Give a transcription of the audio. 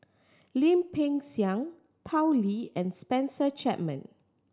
Lim Peng Siang Tao Li and Spencer Chapman